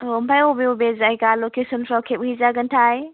औ ओमफ्राय बबे बबे जायगा लकेसनफ्राव खेबहैजागोनथाय